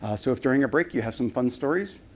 ah so if during a break you have some fun stories,